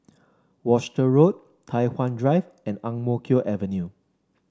Worcester Road Tai Hwan Drive and Ang Mo Kio Avenue